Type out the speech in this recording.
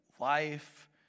life